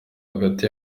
hagati